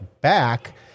back